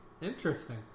Interesting